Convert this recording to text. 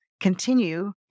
continue